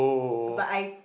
but I